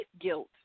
guilt